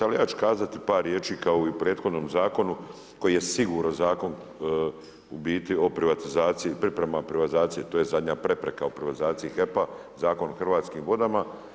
Ali ja ću kazati par riječi kao i o prethodnom zakonu koji je sigurno zakon u biti o privatizaciji, priprema privatizacije to je zadnja prepreka o privatizaciji HEP-a, zakon o hrvatskim vodama.